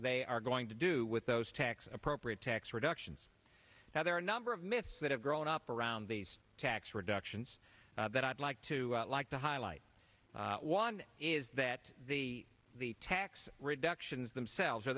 they are going to do with those tax appropriate tax reductions now there are a number of myths that have grown up around these tax reductions that i'd like to like to highlight one is that the the tax reductions themselves or